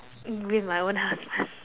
mm with my own husband